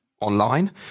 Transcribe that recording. online